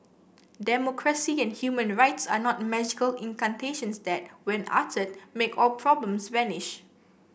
democracy and human rights are not magical incantations that when uttered make all problems vanish